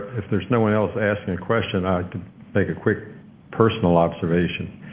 if there's no one else asking a question, i can make a quick personal observation.